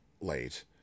late